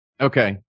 Okay